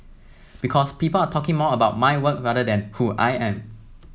because people are talking more about my work rather than who I am